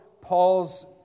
Paul's